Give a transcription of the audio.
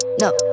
No